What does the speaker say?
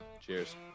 Cheers